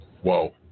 Whoa